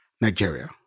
Nigeria